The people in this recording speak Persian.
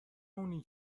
اونی